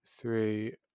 three